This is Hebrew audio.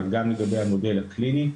אבל גם לגבי המודל הקליני.